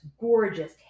gorgeous